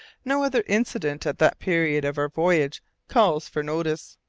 no other incident at that period of our voyage calls for notice.